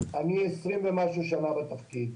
אני 20 ומשהו שנים בתפקיד.